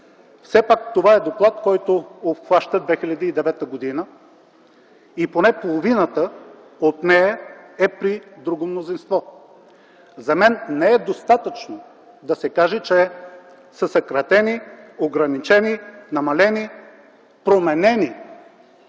Все пак това е доклад, който обхваща 2009 г. и поне половината от нея е при друго мнозинство. За мен не е достатъчно да се каже, че са съкратени, ограничени, намалени, променени